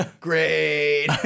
Great